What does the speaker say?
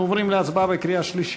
אנחנו עוברים להצבעה בקריאה שלישית.